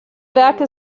werke